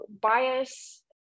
bias